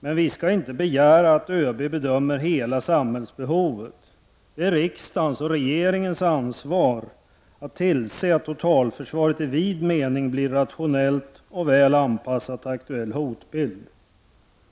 Men vi skall inte begära att ÖB bedömer hela samhällsbehovet. Det är riksdagens och regeringens ansvar att tillse att totalförsvaret i vid mening blir rationellt och väl anpassat till aktuell hotbild.